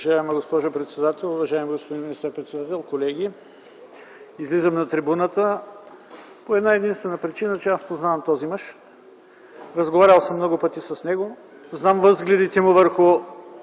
възгледите му върху